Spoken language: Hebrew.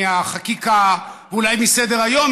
מהחקיקה ואולי מסדר-היום,